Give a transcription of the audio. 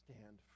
Stand